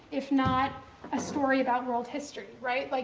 if not a story about world history, right? like